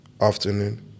afternoon